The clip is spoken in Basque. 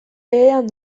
behean